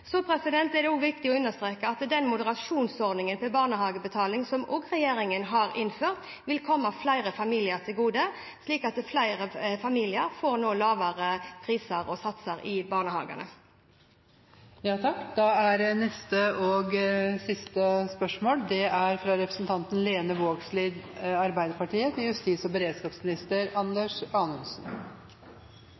er det også viktig å understreke at den moderasjonsordningen for barnehagebetaling som regjeringen også har innført, vil komme flere familier til gode, slik at flere familier nå får lavere priser og satser i